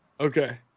Okay